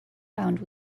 bound